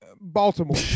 Baltimore